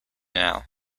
now